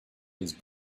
these